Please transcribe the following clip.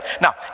Now